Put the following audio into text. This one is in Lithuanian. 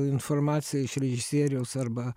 informaciją iš režisieriaus arba